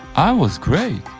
i was great.